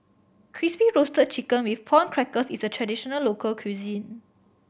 Crispy Roasted Chicken with Prawn Crackers is a traditional local cuisine